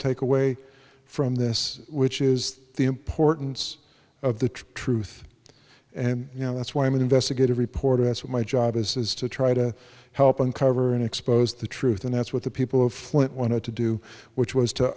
take away from this which is the importance of the truth and you know that's why i'm an investigative reporter that's what my job is is to try to help uncover and expose the truth and that's what the people of flint wanted to do which was to